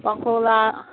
ꯄꯥꯡꯈꯣꯛꯂꯥ